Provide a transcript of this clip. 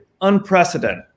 unprecedented